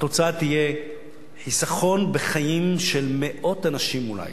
התוצאה תהיה חיסכון בחיים של מאות אנשים, אולי.